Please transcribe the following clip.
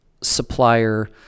supplier